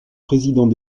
président